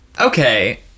Okay